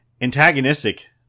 antagonistic